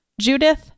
Judith